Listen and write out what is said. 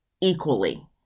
equally